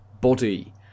body